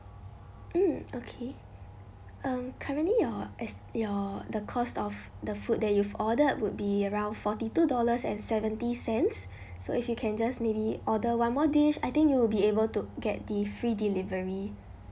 mm okay um currently your as your the cost of the food that you've ordered would be around forty two dollars and seventy cents so if you can just maybe order one more dish I think you would be able to get the free delivery